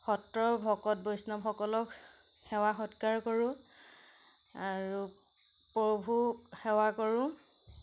সত্ৰৰ ভকত বৈষ্ণৱসকলক সেৱা সৎকাৰ কৰোঁ আৰু প্ৰভু সেৱা কৰোঁ